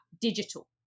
digital